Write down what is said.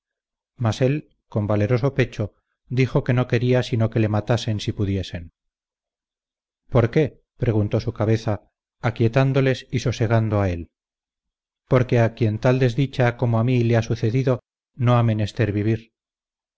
él con valeroso pecho dijo que no quería sino que le matasen si pudiesen por qué preguntó su cabeza aquietándoles y sosegando a él porque a quien tal desdicha como a mí le ha sucedido no ha menester vivir